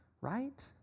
Right